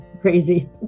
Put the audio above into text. crazy